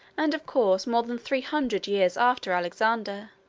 and, of course, more than three hundred years after alexander.